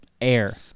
air